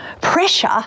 Pressure